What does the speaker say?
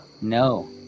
No